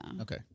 Okay